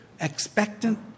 expectant